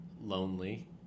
lonely